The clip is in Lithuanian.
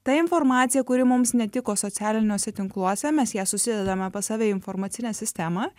ta informacija kuri mums netiko socialiniuose tinkluose mes ją susidedame pas save į informacinę sistemą